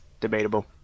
Debatable